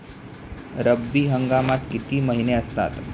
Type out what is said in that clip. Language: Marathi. रब्बी हंगामात किती महिने असतात?